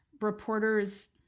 reporters